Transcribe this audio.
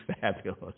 fabulous